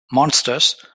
monsters